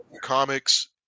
comics